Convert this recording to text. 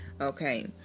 okay